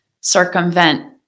circumvent